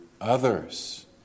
others